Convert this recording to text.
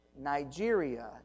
Nigeria